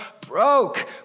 broke